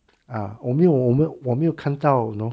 啊我没有我们我没有看到 you know